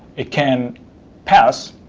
it can pass,